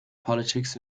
politics